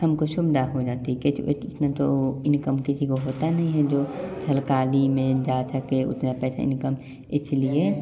हम को सुविधा हो जाती हैं जो इनकम किसी को होता नहीं हैं जो सरकारी में जा सके उतना पैसा इनकम इसलिए